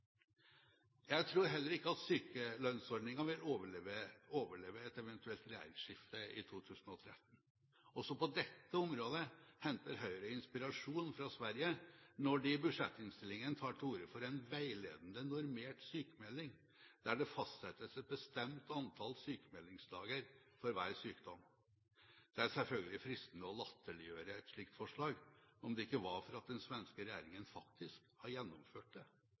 Jeg tror heller ikke at sykelønnsordningen vil overleve et eventuelt regjeringsskifte i 2013. Også på dette området henter Høyre inspirasjon fra Sverige når de i budsjettinnstillingen tar til orde for en veiledende, normert sykmelding, der det fastsettes et bestemt antall sykmeldingsdager for hver sykdom. Det er selvfølgelig fristende å latterliggjøre et slikt forslag, om det ikke var for at den svenske regjeringen faktisk har gjennomført det.